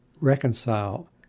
reconcile